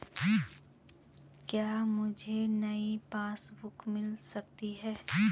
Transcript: क्या मुझे नयी पासबुक बुक मिल सकती है?